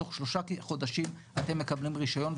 תוך שלושה חודשים אתם מקבלים רישיון,